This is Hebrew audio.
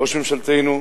ראש ממשלתנו,